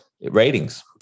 ratings